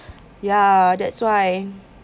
ya that's why